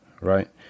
right